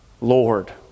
Lord